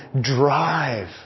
drive